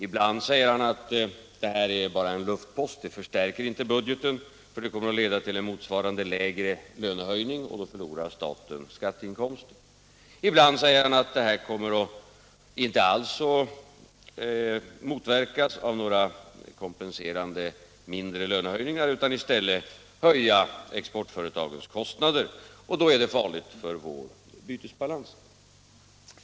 Ibland säger han att det här är bara en luftpost — det förstärker inte budgeten, för det kommer att leda till en motsvarande mindre lönehöjning, och då förlorar staten skatteinkomster. Ibland säger han att det här inte alls kommer att motverkas av en lägre lönehöjning utan i stället höja exportföretagens kostnader, och då är det farligt för vår bytesbalans.